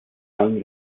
san